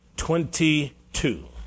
Twenty-two